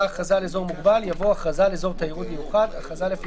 "הכרזה על אזור מוגבל" יבוא: ""הכרזה על אזור תיירות